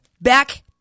Back